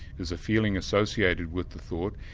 there's a feeling associated with the thought,